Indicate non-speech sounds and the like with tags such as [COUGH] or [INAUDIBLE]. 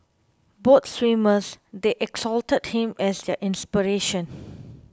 both swimmers they exalted him as their inspiration [NOISE]